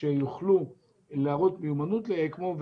שיוכלו להראות מיומנות לאקמו,